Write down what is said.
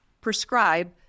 prescribe